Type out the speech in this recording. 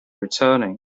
returning